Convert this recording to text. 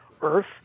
Earth